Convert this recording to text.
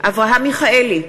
אברהם מיכאלי,